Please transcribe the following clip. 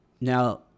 Now